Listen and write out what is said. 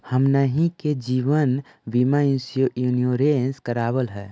हमनहि के जिवन बिमा इंश्योरेंस करावल है?